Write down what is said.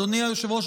אדוני היושב-ראש,